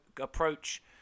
approach